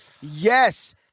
yes